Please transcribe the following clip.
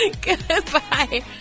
Goodbye